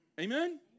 Amen